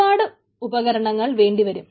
ഒരുപാട് ഉപകരണങ്ങൾ വേണ്ടി വരും